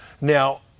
now